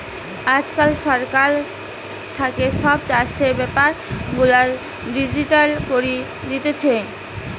আজকাল সরকার থাকে সব চাষের বেপার গুলা ডিজিটাল করি দিতেছে